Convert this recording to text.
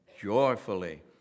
joyfully